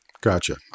Gotcha